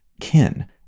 kin